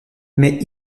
mais